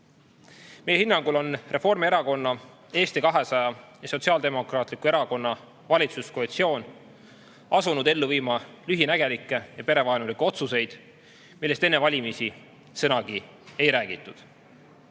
Meie hinnangul on Reformierakonna, Eesti 200 ja Sotsiaaldemokraatliku Erakonna valitsuskoalitsioon asunud ellu viima lühinägelikke ja perevaenulikke otsuseid, millest enne valimisi sõnagi ei räägitud.